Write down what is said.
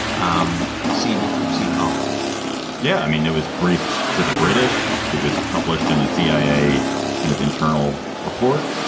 um seem seem hollow yeah. i mean, that was briefed to the british. it was published in a cia kind of internal report,